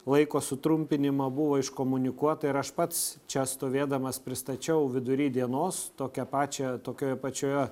laiko sutrumpinimą buvo iškomunikuota ir aš pats čia stovėdamas pristačiau vidury dienos tokią pačią tokioj pačioje